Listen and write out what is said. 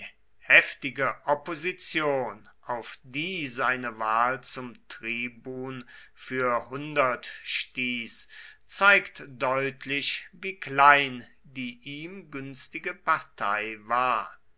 heftige opposition auf die seine wahl zum tribun für stieß zeigt deutlich wie klein die ihm günstige partei war